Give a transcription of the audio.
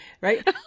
right